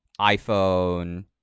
iPhone